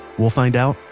we'll find out,